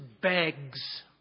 begs